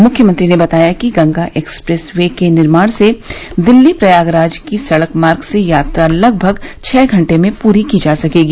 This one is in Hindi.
मुख्यमंत्री ने बताया कि गंगा एक्सप्रेस वे निर्माण से दिल्ली प्रयागराज की सड़क मार्ग से यात्रा लगभग छह घंटे में पूरी की जा सकेगी